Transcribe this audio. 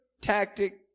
tactic